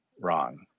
wrong